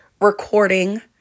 recording